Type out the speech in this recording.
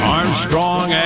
Armstrong